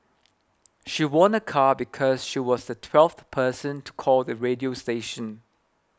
she won a car because she was the twelfth person to call the radio station